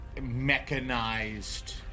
mechanized